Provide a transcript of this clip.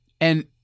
And-